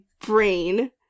brain